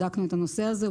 בדקנו את הנושא הזה.